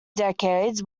decades